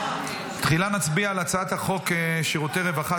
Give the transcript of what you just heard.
תחילה נצביע על הצעת חוק שירותי רווחה